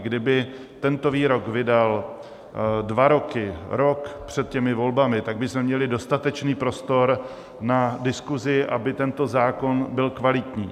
Kdyby tento výrok vydal dva roky, rok před volbami, tak bychom měli dostatečný prostor na diskuzi, aby tento zákon byl kvalitní.